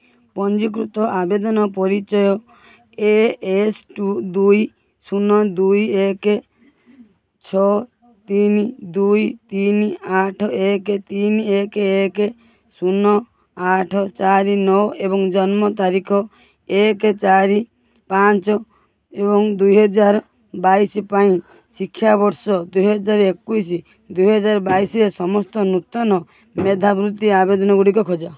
ପଞ୍ଜୀକୃତ ଆବେଦନ ପରିଚୟ ଏ ଏସ୍ ଟୁ ଦୁଇ ଶୂନ ଦୁଇ ଏକ ଛଅ ତିନି ଦୁଇ ତିନି ଆଠ ଏକ ତିନି ଏକ ଏକ ଶୂନ ଆଠ ଚାରି ନଅ ଏବଂ ଜନ୍ମ ତାରିଖ ଏକ ଚାରି ପାଞ୍ଚ ଏବଂ ଦୁଇହଜାରେ ବାଇଶି ପାଇଁ ଶିକ୍ଷାବର୍ଷ ଦୁଇହଜାରେ ଏକୋଉଶୀ ଦୁଇହଜାରେ ବାଇଶିରେ ସମସ୍ତ ନୂତନ ମେଧାବୃତ୍ତି ଆବେଦନଗୁଡ଼ିକ ଖୋଜ